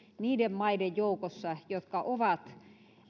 niiden maiden joukossa jotka ovat